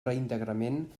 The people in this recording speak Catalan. reintegrament